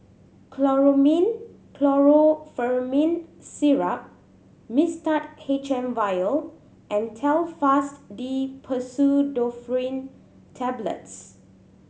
Chlormine Chlorpheniramine Syrup Mixtard H M Vial and Telfast D Pseudoephrine Tablets